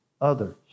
others